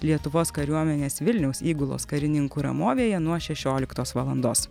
lietuvos kariuomenės vilniaus įgulos karininkų ramovėje nuo šešioliktos valandos